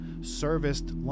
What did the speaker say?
serviced